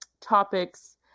topics